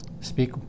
speak